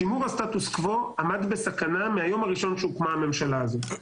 שימור הסטטוס קוו עמד בסכנה מהיום הראשון שבו הוקמה הממשלה הזאת.